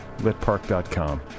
litpark.com